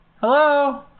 Hello